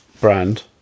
brand